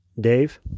Dave